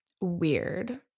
weird